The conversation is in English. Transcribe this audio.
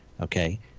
okay